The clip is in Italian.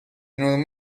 non